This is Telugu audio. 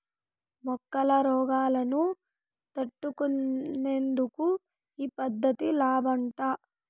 మొక్కల రోగాలను తట్టుకునేందుకు ఈ పద్ధతి లాబ్మట